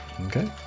okay